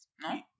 no